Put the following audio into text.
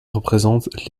représente